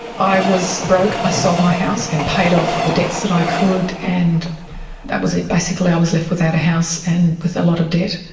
i was broke. i sold my house and paid off the debts that i could, and that was it basically, i was left without a house and with a lot of debt.